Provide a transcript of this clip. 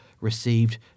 received